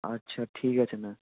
আচ্ছা ঠিক আছে ম্যাম